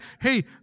hey